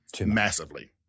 massively